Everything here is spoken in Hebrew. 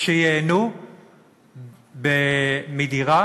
שייהנו מדירה